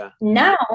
Now